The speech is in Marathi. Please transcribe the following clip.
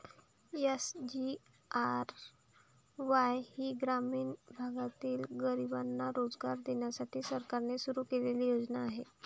एस.जी.आर.वाई ही ग्रामीण भागातील गरिबांना रोजगार देण्यासाठी सरकारने सुरू केलेली योजना आहे